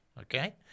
Okay